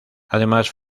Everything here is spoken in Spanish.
además